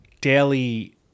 daily